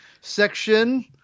section